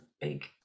big